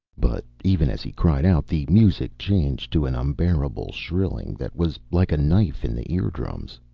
but even as he cried out, the music changed to an unbearable shrilling that was like a knife in the ear-drums.